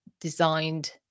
designed